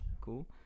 cool